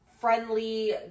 friendly